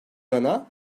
yana